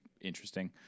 interesting